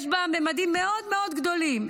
יש בה ממדים מאוד מאוד גדולים.